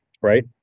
Right